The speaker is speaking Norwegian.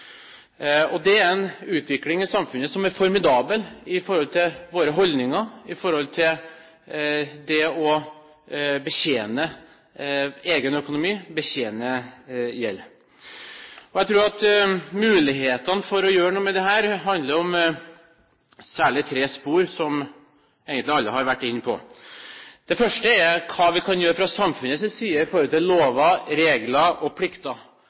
Det er en utvikling i samfunnet som er formidabel i forhold til våre holdninger, i forhold til det å betjene egen økonomi og betjene gjeld. Jeg tror at mulighetene for å gjøre noe med dette særlig handler om tre spor som egentlig alle har vært inne på. Det første er hva vi fra samfunnets side kan gjøre med lover, regler og plikter. Som vi hørte både fra interpellanten og